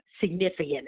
significant